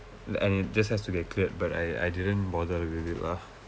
and it just has to be a cleared but I I didn't bother with it lah